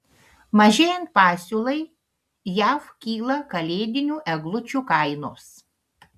mažėjant pasiūlai jav kyla kalėdinių eglučių kainos